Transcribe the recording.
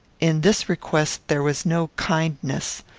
in this request there was no kindness.